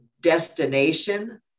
destination